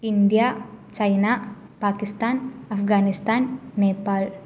India China Pakistan Afghanistan Nepal